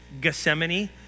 Gethsemane